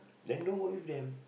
then don't work with them